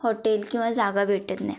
hotel किंवा जागा भेटत नाही